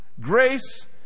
grace